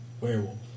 Werewolf